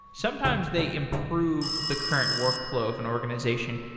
sometimes they improve the current workflow of an organization.